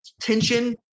tension